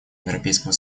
европейского